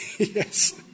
Yes